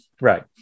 right